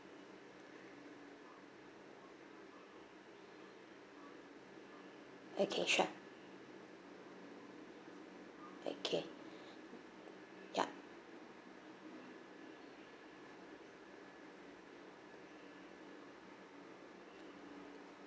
okay sure okay yup